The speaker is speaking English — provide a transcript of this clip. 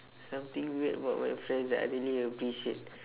something weird about my friends that I really appreciate